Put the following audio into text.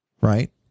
right